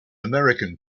american